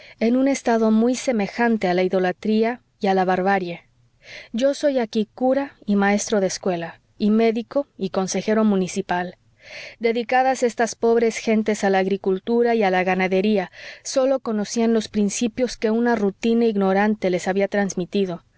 en un estado muy semejante a la idolatría y a la barbarie yo soy aquí cura y maestro de escuela y médico y consejero municipal dedicadas estas pobres gentes a la agricultura y a la ganadería sólo conocían los principios que una rutina ignorante les había trasmitido